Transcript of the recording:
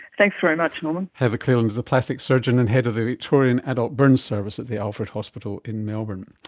thanks very much norman. heather cleland is a plastic surgeon and head of the victorian adult burns service at the alfred hospital in melbourne.